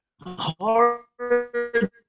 hard